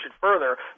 further